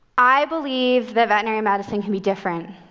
i believe that veterinary medicine can be different.